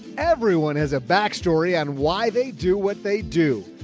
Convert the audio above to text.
everyone has a backstory on why they do what they do.